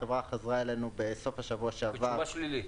החברה חזרה אלינו בסוף השבוע שעבר בתשובה שלילית.